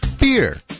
beer